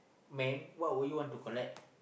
man what would you want to collect